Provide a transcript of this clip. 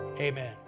amen